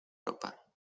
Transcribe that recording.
ropa